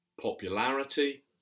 popularity